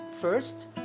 First